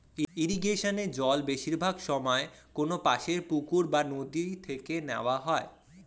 ইরিগেশনে জল বেশিরভাগ সময়ে কোনপাশের পুকুর বা নদি থেকে নেওয়া হয়